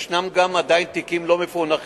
יש גם עדיין תיקים לא מפוענחים,